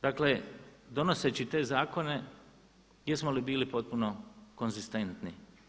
Dakle, donoseći te zakone jesmo li bili potpuno konzistentni?